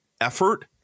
effort